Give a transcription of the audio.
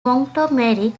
montgomery